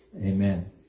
Amen